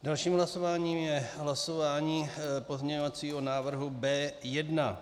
Dalším hlasováním je hlasování pozměňovacího návrhu B1.